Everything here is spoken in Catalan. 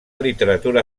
literatura